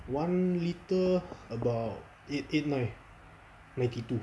one litre about eight eight nine ninety two